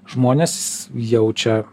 žmonės jaučia